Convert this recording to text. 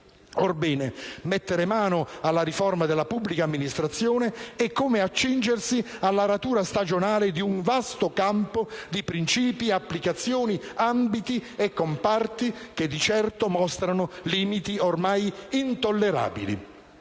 Orbene, mettere mano alla riforma della pubblica amministrazione è come accingersi all'aratura stagionale di un vasto campo di principi, applicazioni, ambiti e comparti che, di certo, mostrano limiti ormai intollerabili,